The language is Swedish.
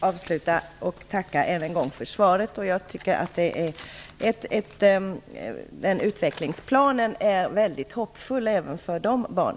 Fru talman! Jag vill avsluta med att än en gång tacka för svaret. Jag tycker att utvecklingsplanen är mycket hoppfull även för dessa barn.